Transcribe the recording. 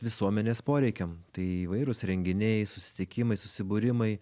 visuomenės poreikiam tai įvairūs renginiai susitikimai susibūrimai